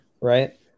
right